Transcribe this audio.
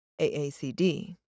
AACD